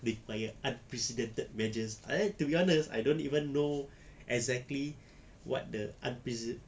require unprecedented measures to be honest I don't even know exactly what the unprece~